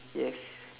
yes